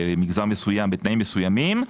למגזר מסוים בתנאים מסוימים,